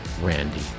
randy